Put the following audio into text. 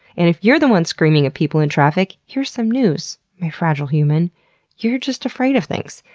and if you're the one screaming at people in traffic, here's some news, my fragile human you're just afraid of things.